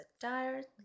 tired